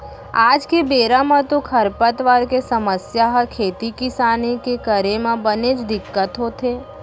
आज के बेरा म तो खरपतवार के समस्या ह खेती किसानी के करे म बनेच दिक्कत होथे